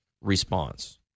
response